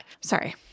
Sorry